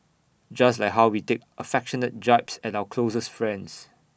just like how we take affectionate jibes at our closest friends